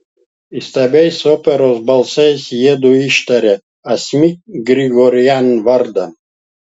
įstabiais operos balsais jiedu ištarė asmik grigorian vardą